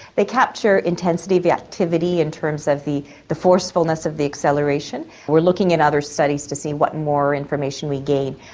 they capture intensity of the activity in terms of the the forcefulness of the acceleration. we are looking at other studies to see what more information we gain.